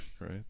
right